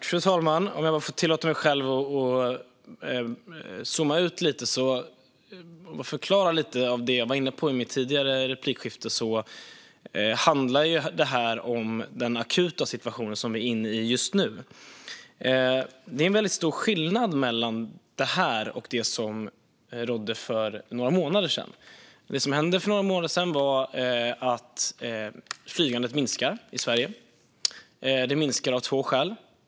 Fru talman! Låt mig tillåta mig själv att zooma ut lite och förklara något av det jag var inne på i det tidigare replikskiftet. Det här handlar om den akuta situation som vi är inne i just nu. Det är väldigt stor skillnad mellan det här och den situation som rådde för några månader sedan. Det som då hände var att flygandet minskade i Sverige. Det minskar av två skäl.